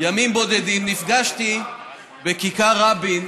ימים בודדים, נפגשתי איתו בכיכר רבין,